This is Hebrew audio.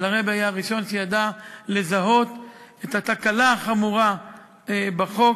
אבל הרבי היה הראשון שידע לזהות את התקלה החמורה בחוק,